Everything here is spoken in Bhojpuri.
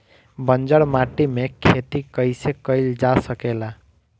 बंजर माटी में खेती कईसे कईल जा सकेला?